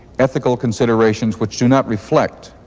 ethical considerations, which do not reflect,